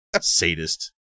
Sadist